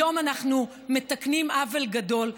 היום אנחנו מתקנים עוול גדול,